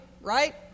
right